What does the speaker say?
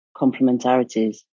complementarities